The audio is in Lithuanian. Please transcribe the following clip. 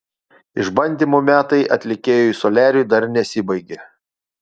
išbandymų metai atlikėjui soliariui dar nesibaigė